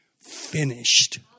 finished